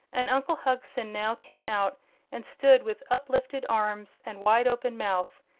and uncle hugson now came out and stood with uplifted arms and wide open mouth,